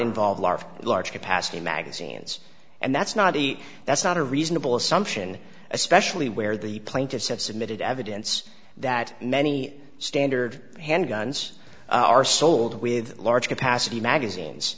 involve large large capacity magazines and that's not easy that's not a reasonable assumption especially where the plaintiffs have submitted evidence that many standard handguns are sold with large capacity magazines